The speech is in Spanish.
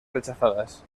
rechazadas